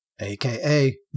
AKA